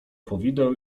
powideł